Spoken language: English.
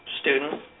student